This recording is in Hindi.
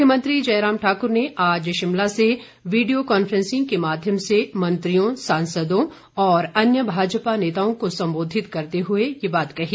मुख्यमंत्री जयराम ठाकुर ने आज शिमला से वीडियो कांफ्रेंसिंग के माध्यम से मंत्रियों सांसदों और अन्य भाजपा नेताओं को संबोधित करते हुए ये बात कही